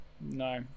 no